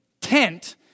tent